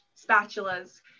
spatulas